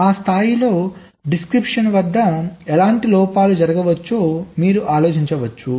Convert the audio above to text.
ఆ స్థాయిలో డిస్క్రిప్షన్ వద్ద ఎలాంటి లోపాలు జరగవచ్చో మీరు ఆలోచించవచ్చు